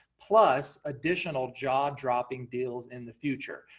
plus additional jaw dropping deals in the future.